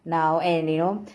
now and you know